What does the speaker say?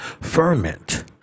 ferment